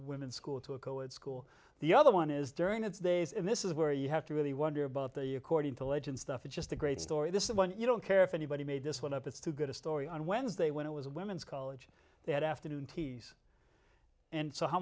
women school to a coed school the other one is during its days and this is where you have to really wonder about the you according to legend stuff it's just a great story this one you don't care if anybody made this one up it's too good a story on wednesday when it was a women's college they had afternoon teas and so how